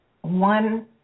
one